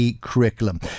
curriculum